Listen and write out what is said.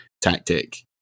tactic